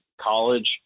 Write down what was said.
college